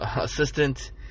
assistant